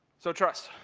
so trust.